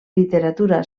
literatura